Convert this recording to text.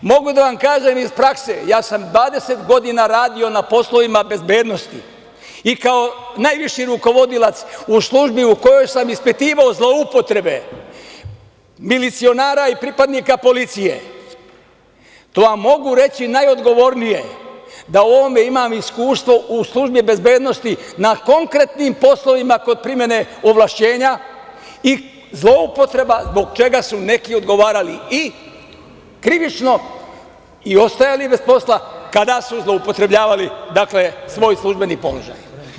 Mogu da vam kažem iz prakse, ja sam 20 godina radio na poslovima bezbednosti i kao najviši rukovodilac u službi u kojoj sam ispitivao zloupotrebe milicionera i pripadnika policije, to vam mogu reći najodgovornije, da u ovome imam iskustva u službi bezbednosti na konkretnim poslovima kod primene ovlašćenja i zloupotreba, zbog čega su neki odgovarali i krivično i ostajali bez posla kada su zloupotrebljavali, dakle, svoj službeni položaj.